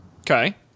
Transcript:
Okay